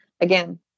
again